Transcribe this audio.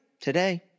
today